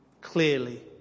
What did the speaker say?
clearly